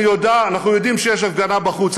אנחנו יודעים שיש הפגנה בחוץ,